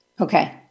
okay